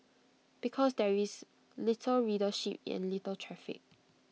because there is little readership and little traffic